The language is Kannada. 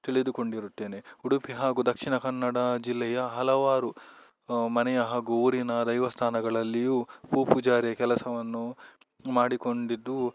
ತಿಳಿದುಕೊಂಡಿರುತ್ತೇನೆ ಉಡುಪಿ ಹಾಗೂ ದಕ್ಷಿಣ ಕನ್ನಡ ಜಿಲ್ಲೆಯ ಹಲವಾರು ಮನೆಯ ಹಾಗೂ ಊರಿನ ದೈವಸ್ಥಾನಗಳಲ್ಲಿಯೂ ಪು ಪೂಜಾರಿಯ ಕೆಲಸವನ್ನು ಮಾಡಿಕೊಂಡಿದ್ದು